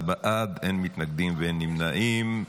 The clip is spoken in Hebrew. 14 בעד, אין מתנגדים ואין נמנעים.